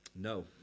No